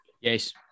Yes